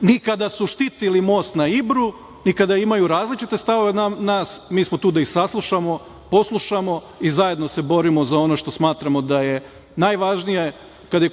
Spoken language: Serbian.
ni kada su štitili most na Ibru, ni kada imaju različite stavove od nas, mi smo tu da ih saslušamo, poslušamo i zajedno se borimo za ono što smatramo da je najvažnije, kada je